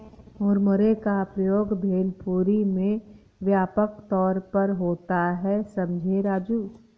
मुरमुरे का प्रयोग भेलपुरी में व्यापक तौर पर होता है समझे राजू